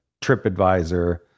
TripAdvisor